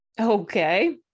Okay